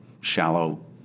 shallow